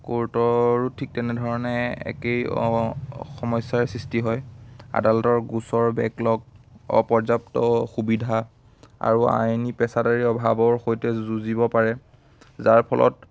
ক'ৰ্টৰ ঠিক তেনেধৰণে একেই সমস্যাৰ সৃষ্টি হয় আদালতৰ গোচৰ বেকলগ অপৰ্যাপ্ত সুবিধা আৰু আইনী পেছাদাৰী অভাৱৰ সৈতে যুঁজিব পাৰে যাৰ ফলত